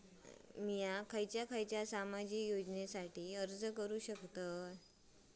मी खयच्या खयच्या सामाजिक योजनेसाठी अर्ज करू शकतय?